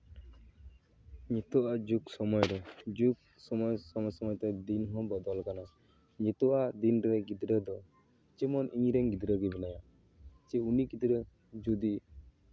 ᱱᱤᱛᱚᱜ ᱟᱜ ᱡᱩᱜᱽ ᱥᱚᱢᱚᱭ ᱨᱮ ᱡᱩᱜᱽ ᱥᱚᱸᱜᱮ ᱥᱚᱸᱜᱮ ᱛᱮ ᱫᱤᱱ ᱦᱚᱸ ᱵᱚᱫᱚᱞ ᱠᱟᱱᱟ ᱱᱤᱛᱚᱜ ᱟᱜ ᱫᱤᱱ ᱨᱮ ᱜᱤᱫᱽᱨᱟᱹ ᱫᱚ ᱡᱮᱢᱚᱱ ᱤᱧᱨᱮᱱ ᱜᱤᱫᱽᱨᱟᱹ ᱜᱮ ᱢᱮᱱᱟᱭᱟ ᱡᱮ ᱩᱱᱤ ᱜᱤᱫᱽᱨᱟᱹ ᱡᱩᱫᱤ